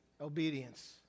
Obedience